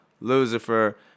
Lucifer